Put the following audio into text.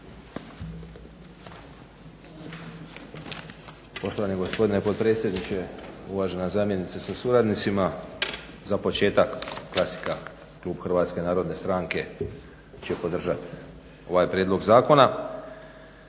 Poštovani gospodine potpredsjedniče, uvažena zamjenice sa suradnicima. Za početak klasika, klub HNS-a će podržati ovaj prijedlog zakona.